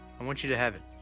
i want you to have it.